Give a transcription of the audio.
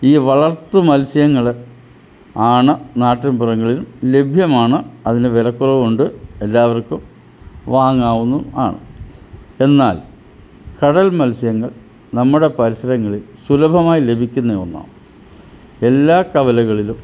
ഈ വളര്ത്തു മത്സ്യങ്ങൾ ആണ് നാട്ടിൻ പുറങ്ങളിലും ലഭ്യമാണ് അതിനു വില കുറവുണ്ട് എല്ലാവർക്കും വാങ്ങാവുന്നതും ആണ് എന്നാൽ കടൽ മത്സ്യങ്ങൾ നമ്മുടെ പരിസരങ്ങളിൽ സുലഭമായി ലഭിക്കുന്ന ഒന്നാണ് എല്ലാ കവലകളിലും